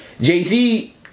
Jay-Z